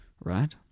Right